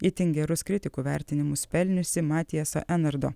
itin gerus kritikų vertinimus pelniusi matiesa enardo